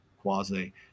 quasi